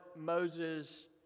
Moses